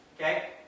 Okay